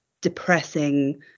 depressing